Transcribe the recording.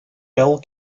bell